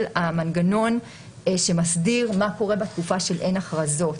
המנגנון שמסדיר מה קורה בתקופה של אין הכרזות.